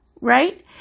Right